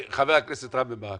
חבר הכנסת רם בן ברק,